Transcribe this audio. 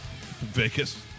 Vegas